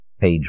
page